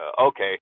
okay